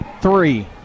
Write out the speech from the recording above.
three